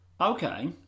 Okay